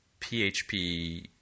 PHP